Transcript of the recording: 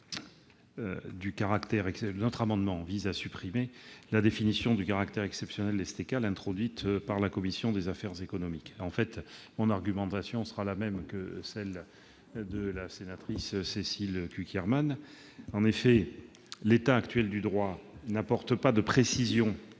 Notre amendement vise à supprimer la définition du caractère exceptionnel des STECAL introduite par la commission des affaires économiques. Mon argumentation est la même que celle qui a été développée par la sénatrice Cécile Cukierman, car l'état actuel du droit n'apporte pas de précision